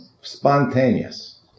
Spontaneous